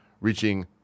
reaching